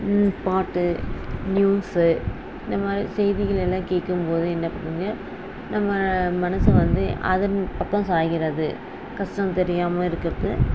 பாட்டு நியூஸ் இந்தமாதிரி செய்திகளையெல்லாம் கேட்கும்போது என்ன பண்ணு நம்ம மனது வந்து அதன் பக்கம் சாய்கிறது கஷ்டம் தெரியாமல் இருக்கிறது